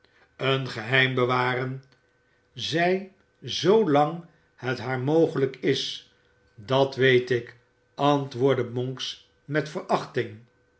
een geheim bewaren zij zoo lang het haar mogelijk is dat weet ik antwoordde monks met verachting